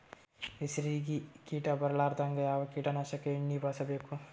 ಹೆಸರಿಗಿ ಕೀಟ ಬರಲಾರದಂಗ ಯಾವ ಕೀಟನಾಶಕ ಎಣ್ಣಿಬಳಸಬೇಕು?